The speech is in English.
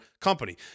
company